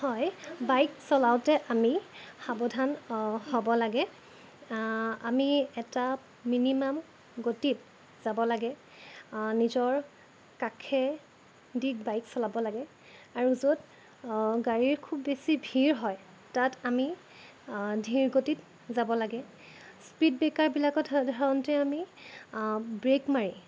হয় বাইক চলাওঁতে আমি সাৱধান হ'ব লাগে আমি এটা মিনিমাম গতিত যাব লাগে নিজৰ কাষে দি বাইক চলাব লাগে আৰু য'ত গাড়ীৰ খুব বেছি ভিৰ হয় তাত আমি ধিৰ গতিত যাব লাগে স্পীড ব্ৰেকাৰবিলাকত সাধাৰণতে আমি ব্ৰেক মাৰি